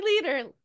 leader